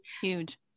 Huge